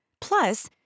Plus